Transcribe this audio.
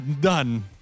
done